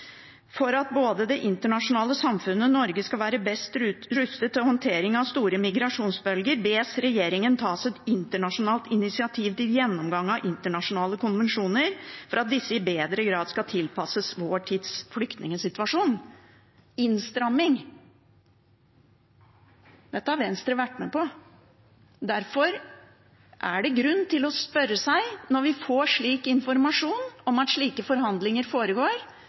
For at både det internasjonale samfunnet og Norge skal være best mulig rustet til å håndtere store migrasjonsbølger, ber Stortinget regjeringen om å ta et internasjonalt initiativ til en gjennomgang av internasjonale konvensjoner, for at disse i bedre grad kan tilpasses vår tids flyktningsituasjon.» Når det gjelder innstramming: Dette har Venstre vært med på. Derfor er det grunn til å spørre, når vi får informasjon om at slike forhandlinger foregår,